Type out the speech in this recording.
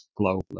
globally